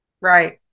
Right